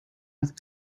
with